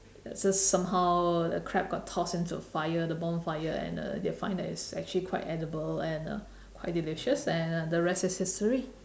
so somehow the crab got tossed into a fire the bonfire and uh they find that it's actually quite edible and uh quite delicious and the rest is history